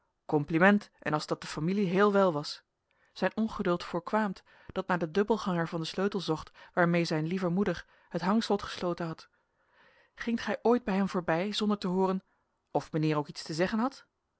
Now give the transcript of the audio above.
compliment en als dat de familie heel wel was zijn ongeduld voorkwaamt dat naar den dubbelganger van den sleutel zocht waarmee zijne lieve moeder het hangslot gesloten had gingt gij ooit bij hem voorbij zonder te hooren of mijnheer ook iets te zeggen had